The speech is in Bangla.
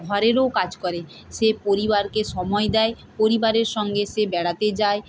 ঘরেরও কাজ করে সে পরিবারকে সময় দেয় পরিবারের সঙ্গে সে বেড়াতে যায়